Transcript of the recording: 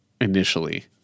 initially